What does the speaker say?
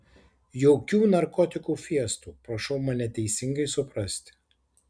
jokių narkotikų fiestų prašau mane teisingai suprasti